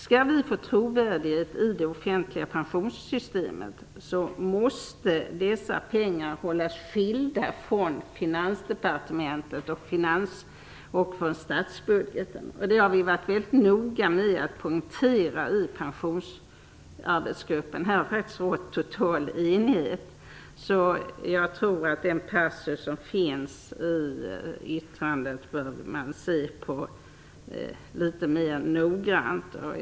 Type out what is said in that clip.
Skall vi få trovärdighet när det gäller det offentliga pensionssystemet så måste dessa pengar hållas skilda från Finansdepartementet och statsbudgeten. Det har vi i Pensionsarbetsgruppen varit väldigt noga med att poängtera. Det har faktiskt rått total enighet på den punkten. Därför tror jag att man litet noggrannare bör se på den aktuella passusen i betänkandet.